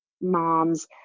moms